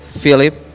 Philip